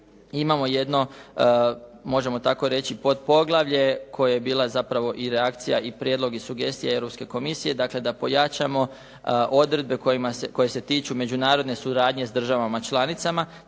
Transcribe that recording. imamo jedno možemo tako reći potpoglavlje koje je bila zapravo i reakcija i prijedlog i sugestija Europske komisije, dakle da pojačamo odredbe koje se tiču međunarodne suradnje s državama članicama,